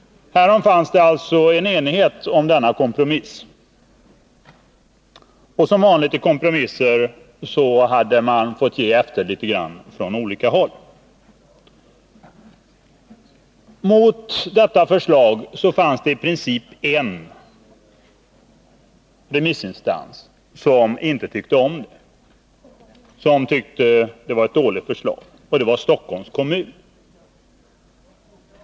Det fanns således en enighet om denna kompromiss. Och som det vanligen är vid kompromisser hade man fått ge efter litet från olika håll. Mot detta förslag fanns det i princip en remissinstans. Det var Stockholms kommun som tyckte att det var ett dåligt förslag.